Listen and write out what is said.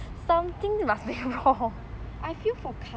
I feel for